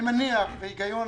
אני מניח בהיגיון